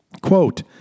Quote